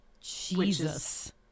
Jesus